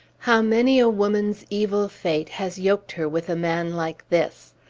how many a woman's evil fate has yoked her with a man like this!